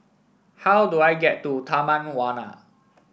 how do I get to Taman Warna